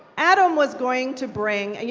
adam was going to bring, yeah